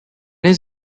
his